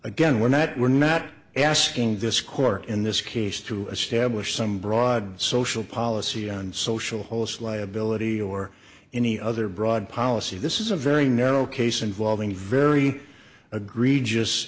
again we're not we're not asking this court in this case to establish some broad social policy and social wholes liability or any other broad policy this is a very narrow case involving very agreed just